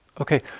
Okay